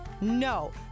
No